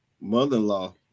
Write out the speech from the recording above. mother-in-law